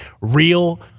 real